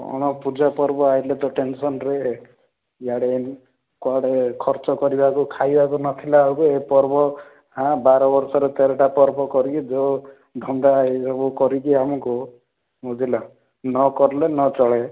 କଣ ପୂଜାପର୍ବ ଆଇଲେ ତ ଟେନ୍ସନ୍ରେ ଇଆଡ଼େ କୁଆଡ଼େ ଖର୍ଚ୍ଚ କରିବାକୁ ଖାଇବାକୁ ନଥିଲା ବେଳକୁ ଏ ପର୍ବ ହଁ ବାର ବର୍ଷରେ ତେରଟା ପର୍ବ କରିକି ଯେଉଁ ଧନ୍ଦା ଏଇସବୁ କରିକି ଆମକୁ ବୁଝିଲ ନକରିଲେ ନ ଚଳେ